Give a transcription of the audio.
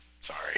sorry